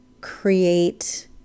create